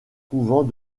couvent